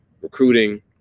recruiting